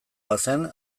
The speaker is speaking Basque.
bazen